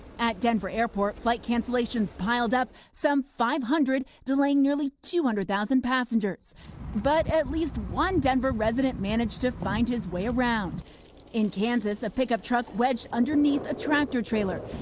at denver airport, flight cancellations piled up, some five hundred, delaying nearly two hundred thousand passengers but at least one denver resident managed to find his way around in kansas, a pickup truck wedged underneath a tractor-trailer.